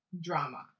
drama